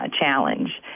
challenge